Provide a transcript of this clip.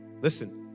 Listen